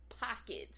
pockets